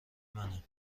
منه